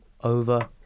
over